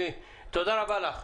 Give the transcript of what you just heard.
תודה רבה לך.